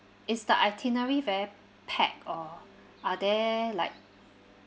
is the itinerary very packed or are there like